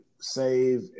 save